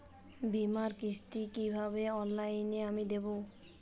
বীমার কিস্তি কিভাবে অনলাইনে আমি দেবো?